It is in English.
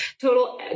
Total